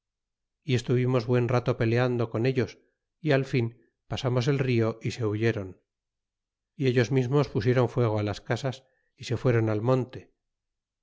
y estuvimos buen rato peleando con ellos y al fin pasamos el rio é se huyeron y ellos mismos pusieron fuego a las casas y se fueron al monte